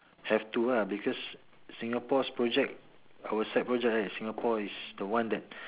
have to lah because Singapore's project our side project right Singapore is the one that